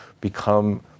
become